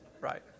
right